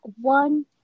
one